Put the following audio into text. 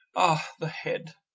ah, the head!